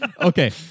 Okay